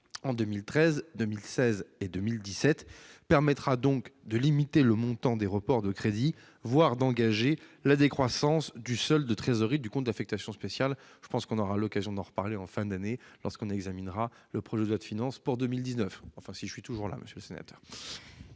en 2013, 2016 et 2017 -permettra donc de limiter le montant des reports de crédits, voire d'engager la décroissance du solde de trésorerie du compte d'affectation spéciale. Nous aurons l'occasion d'en reparler en fin d'année, lors de l'examen du projet de loi de finances pour 2019. Enfin, si je suis toujours là ... La parole